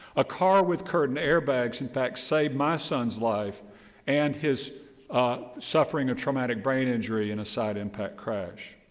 a car with curtain air bags, in fact, saved my son's life and his suffering a traumatic brain injury in a side impact crash.